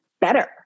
better